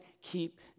keep